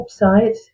website